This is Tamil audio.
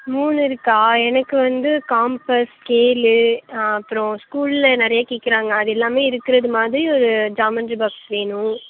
மூணு இருக்கா எனக்கு வந்து காம்பஸ் ஸ்கேலு அப்புறம் ஸ்கூலில் நிறைய கேட்குறாங்க அது எல்லாமே இருக்கிறது மாதிரி ஒரு ஜாமன்ரி பாக்ஸ் வேணும்